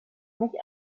mich